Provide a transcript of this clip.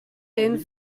den